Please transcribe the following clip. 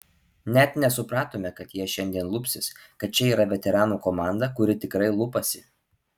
net nesupratome kad jie šiandien lupsis kad čia yra veteranų komanda kuri tikrai lupasi